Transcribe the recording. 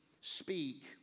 speak